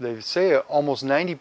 they say almost ninety